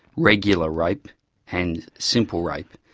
regular rape and simple rape.